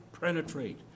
penetrate